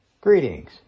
Greetings